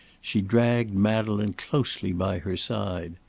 she dragged madeleine closely by her side.